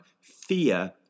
fear